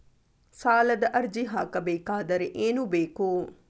ಸಾಲದ ಅರ್ಜಿ ಹಾಕಬೇಕಾದರೆ ಏನು ಬೇಕು?